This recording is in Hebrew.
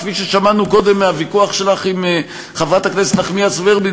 כפי ששמענו קודם מהוויכוח שלך עם חברת הכנסת נחמיאס ורבין,